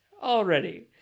already